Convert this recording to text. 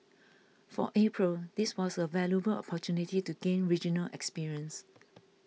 for April this was a valuable opportunity to gain regional experience